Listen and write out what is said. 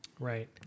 Right